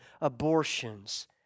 abortions